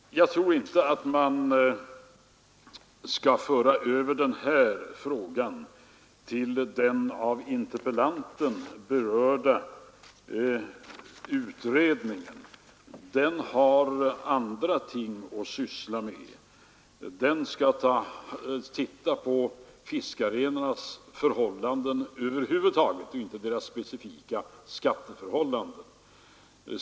Jag tror inte att man skall föra över den här frågan till den av interpellanten berörda utredningen. Den har andra ting att syssla med. Den skall titta på fiskarnas förhållanden över huvud taget och inte deras specifika skatteförhållanden.